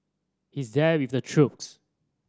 he's there with the troops